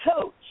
coach